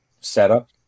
setup